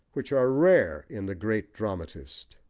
which are rare in the great dramatist.